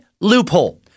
loophole